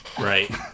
Right